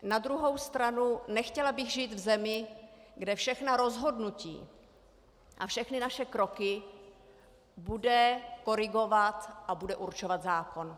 Na druhou stranu nechtěla bych žít v zemi, kde všechna rozhodnutí a všechny naše kroky bude korigovat a bude určovat zákon.